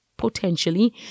potentially